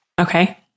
Okay